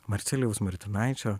marcelijaus martinaičio